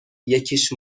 یکیش